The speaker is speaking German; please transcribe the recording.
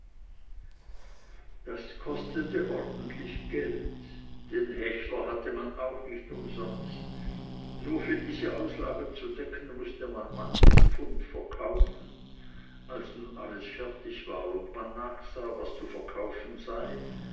das kostete ordentlich geld den hechler hatte man auch nicht umsonst nur für diese auslagen zu decken mußte man manches pfund verkaufen als nun alles fertig war und man nachsah was zu verkaufen sei